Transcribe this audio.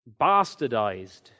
bastardized